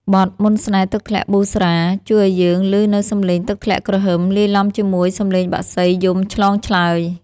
បទ «មន្តស្នេហ៍ទឹកធ្លាក់ប៊ូស្រា» ជួយឱ្យយើងឮនូវសំឡេងទឹកធ្លាក់គ្រហឹម លាយឡំជាមួយសំឡេងបក្សីយំឆ្លងឆ្លើយ។